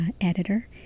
editor